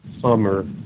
summer